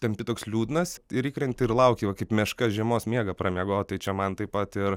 tampi toks liūdnas ir įkrenti ir lauki va kaip meška žiemos miegą pramiegot tai čia man taip pat ir